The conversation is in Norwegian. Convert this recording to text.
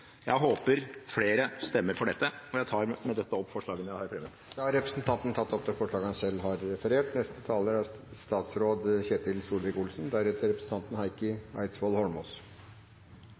Jeg håper flere stemmer for dette, og jeg tar med dette opp forslagene jeg har fremmet. Representanten Rasmus Hansson har tatt opp det forslaget han selv refererte. Dette er